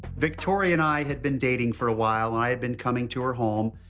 victoria and i had been dating for a while. i had been coming to her home,